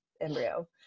embryo